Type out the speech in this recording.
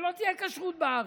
שלא תהיה כשרות בארץ.